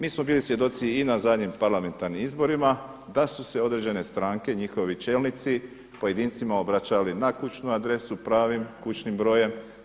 Mi smo bili svjedoci i na zadnjim parlamentarnim izborima da su se određene stranke, njihovi čelnici pojedincima obraćali na kućnu adresu pravim kućnim brojem.